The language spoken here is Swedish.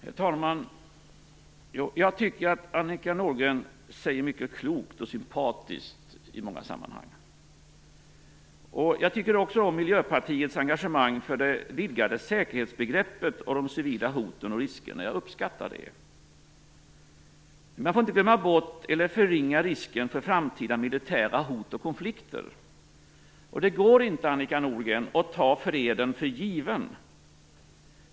Herr talman! Jag tycker att Annika Nordgren säger mycket klokt och sympatiskt i många sammanhang. Jag tycker också om Miljöpartiets engagemang för det vidgade säkerhetsbegreppet och de civila hoten och riskerna. Jag uppskattar det. Men man får inte glömma bort eller förringa risken för framtida militära hot och konflikter. Det går inte, Annika Nordgren, att ta freden för given.